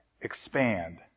expand